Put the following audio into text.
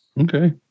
Okay